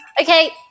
Okay